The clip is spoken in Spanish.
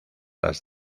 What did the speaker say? las